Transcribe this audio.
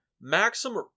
Maxim